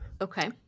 Okay